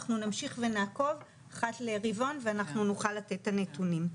אנחנו נמשיך ונעקוב אחת לרבעון ואנחנו נוכל לתת את הנתונים.